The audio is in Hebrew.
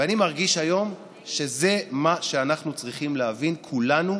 ואני מרגיש היום שזה מה שאנחנו צריכים להבין כולנו,